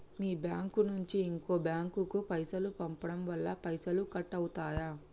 మీ bank నుంచి ఇంకో bank కు పైసలు పంపడం వల్ల పైసలు కట్ అవుతయా?